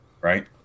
right